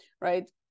right